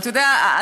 אתה יודע,